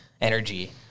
energy